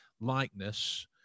likeness